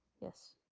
Yes